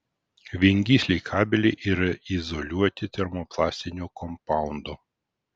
viengysliai kabeliai yra izoliuoti termoplastiniu kompaundu